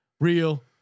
real